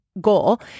goal